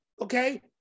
okay